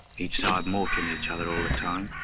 each side mortaring each other all the time.